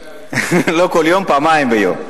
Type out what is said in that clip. לא כל יום, פעמיים ביום.